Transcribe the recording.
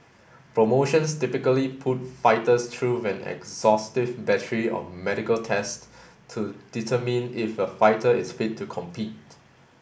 promotions typically put fighters through an exhaustive battery of medical tests to determine if a fighter is fit to compete